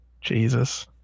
Jesus